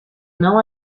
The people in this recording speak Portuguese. não